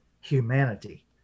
humanity